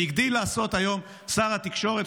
והגדיל לעשות היום שר התקשורת,